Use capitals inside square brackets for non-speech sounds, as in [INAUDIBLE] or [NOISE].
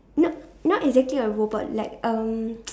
no not exactly a robot like um [NOISE]